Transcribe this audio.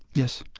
yes.